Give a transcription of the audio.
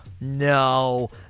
no